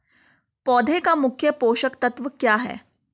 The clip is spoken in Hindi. पौधें का मुख्य पोषक तत्व क्या है?